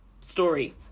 story